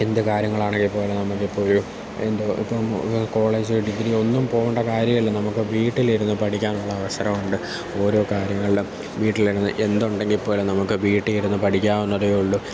എന്ത് കാര്യങ്ങളാണെങ്കിൽപോലും നമുക്കിപ്പം ഒരു എന്തോ ഇപ്പം കോളേജോ ഡിഗ്രി ഒന്നും പോകേണ്ട കാര്യമില്ല നമുക്ക് വീട്ടിലിരുന്ന് പഠിക്കാനുള്ള അവസരമുണ്ട് ഓരോ കാര്യങ്ങളിലും വീട്ടിലിരുന്ന് എന്തുണ്ടെങ്കിൽപ്പോലും നമുക്ക് വീട്ടിൽ ഇരുന്ന് പഠിക്കാവുന്നതേ ഉളളൂ ഒരു